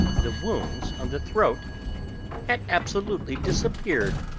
the wounds on the throat had absolutely disappeared.